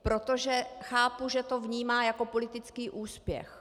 Protože chápu, že to vnímá jako politický úspěch.